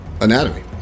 anatomy